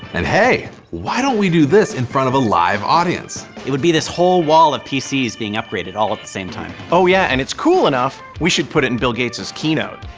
and hey, why don't we do this in front of a live audience? it would be this whole wall of pcs being upgraded all at the same time. oh yeah and it's cool enough, we should put it in bill gates' keynote.